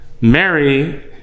Mary